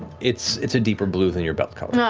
it's it's a deeper blue than your belt color.